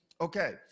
Okay